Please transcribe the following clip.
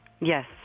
Yes